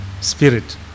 spirit